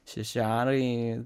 šeši arai